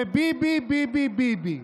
וביבי, ביבי, ביבי.